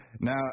Now